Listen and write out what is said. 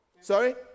Sorry